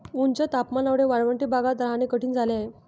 उच्च तापमानामुळे वाळवंटी भागात राहणे कठीण झाले आहे